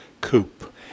coupe